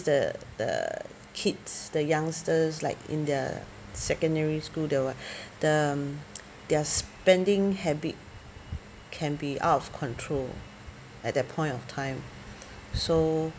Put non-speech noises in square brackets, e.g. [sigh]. the the kids the youngsters like in the secondary school the what [breath] the their spending habit can be of control at that point of time so